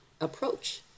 approach